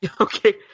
Okay